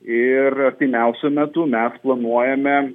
ir artimiausiu metu mes planuojame